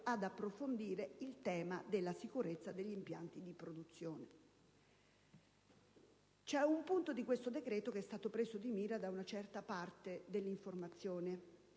ad approfondire il tema della sicurezza degli impianti di produzione nucleare. C'è un punto di questo decreto che è stato preso di mira da una certa parte dell'informazione,